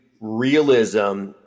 realism